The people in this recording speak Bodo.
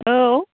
औ